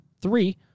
Three